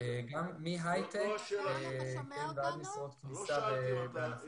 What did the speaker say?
גם מהייטק ועד משרות כניסה בענפים אחרים.